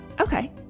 Okay